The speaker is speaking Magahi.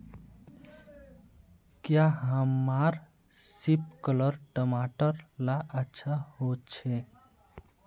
क्याँ हमार सिपकलर टमाटर ला अच्छा होछै?